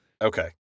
Okay